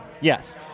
Yes